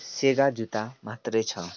सेगा जुत्ता मात्रै छ